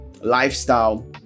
lifestyle